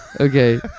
okay